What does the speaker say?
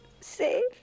safe